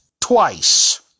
twice